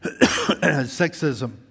sexism